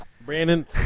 Brandon